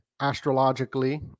Astrologically